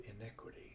iniquity